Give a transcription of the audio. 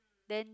then